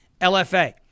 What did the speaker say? LFA